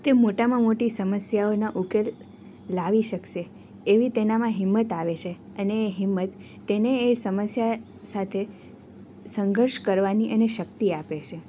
તે મોટામાં મોટી સમસ્યાઓના ઉકેલ લાવી શકશે એવી તેનામાં હિંમત આવે છે અને એ હિંમત તેને એ સમસ્યા સાથે સંઘર્ષ કરવાની એને શક્તિ આપે છે